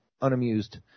unamused